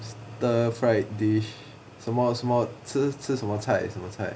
stir fried dish 什么什么吃吃什么菜什么菜